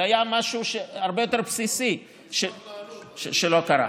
זה היה משהו הרבה יותר בסיסי שלא קרה.